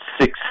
six